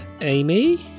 Amy